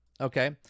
Okay